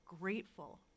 grateful